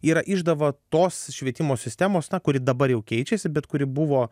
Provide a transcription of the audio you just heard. yra išdava tos švietimo sistemos kuri dabar jau keičiasi bet kuri buvo